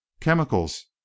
Chemicals